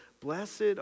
Blessed